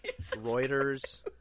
Reuters